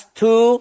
two